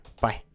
Bye